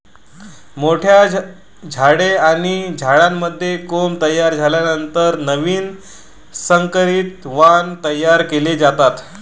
मोठ्या झाडे आणि झाडांमध्ये कोंब तयार झाल्यानंतर नवीन संकरित वाण तयार केले जातात